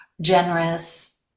generous